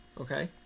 Okay